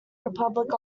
republic